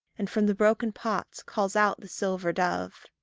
and from the broken pots calls out the silver dove.